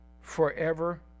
forever